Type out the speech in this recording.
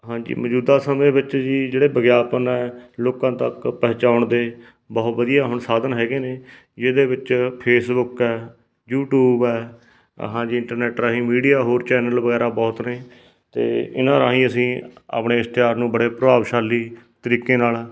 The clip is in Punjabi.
ਹਾਂਜੀ ਮੌਜੂਦਾ ਸਮੇਂ ਵਿੱਚ ਜੀ ਜਿਹੜੇ ਵਿਗਿਆਪਨ ਹੈ ਲੋਕਾਂ ਤੱਕ ਪਹੁੰਚਾਉਣ ਦੇ ਬਹੁਤ ਵਧੀਆ ਹੁਣ ਸਾਧਨ ਹੈਗੇ ਨੇ ਜਿਹਦੇ ਵਿੱਚ ਫੇਸਬੁੱਕ ਹੈ ਯੂਟਿਊਬ ਹੈ ਹਾਂਜੀ ਇੰਟਰਨੈਟ ਰਾਹੀਂ ਮੀਡੀਆ ਹੋਰ ਚੈਨਲ ਵਗੈਰਾ ਬਹੁਤ ਨੇ ਅਤੇ ਇਹਨਾਂ ਰਾਹੀਂ ਅਸੀਂ ਆਪਣੇ ਇਸ਼ਤਿਹਾਰ ਨੂੰ ਬੜੇ ਪ੍ਰਭਾਵਸ਼ਾਲੀ ਤਰੀਕੇ ਨਾਲ